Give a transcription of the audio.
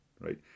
right